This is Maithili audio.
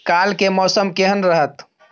काल के मौसम केहन रहत?